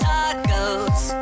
Tacos